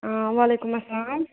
آ وعلیکُم اسلام